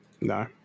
No